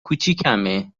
کوچیکمه